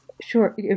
Sure